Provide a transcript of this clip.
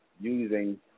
using